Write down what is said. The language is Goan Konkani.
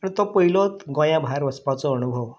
आनी तो पयलोत गोंया भायर वचपाचो अणभव